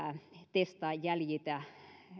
testaa jäljitä